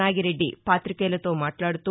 నాగిరెడ్డి పాతికేయులతో మాట్లాడుతూ